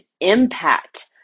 impact